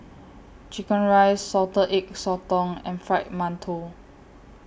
Chicken Rice Salted Egg Sotong and Fried mantou